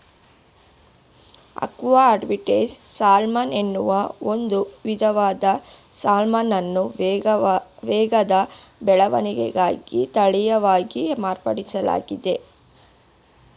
aqua advantage salmon ಎನ್ನುವ ಒಂದು ವಿಧದ ಸಾಲ್ಮನನ್ನು ವೇಗದ ಬೆಳವಣಿಗೆಗಾಗಿ ತಳೀಯವಾಗಿ ಮಾರ್ಪಡಿಸ್ಲಾಗಿದೆ